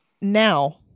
now